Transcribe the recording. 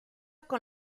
con